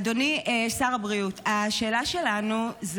אדוני שר הבריאות, השאלה שלי: